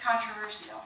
controversial